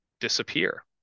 disappear